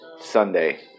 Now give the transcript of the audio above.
Sunday